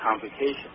complications